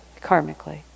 karmically